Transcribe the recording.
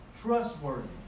Trustworthy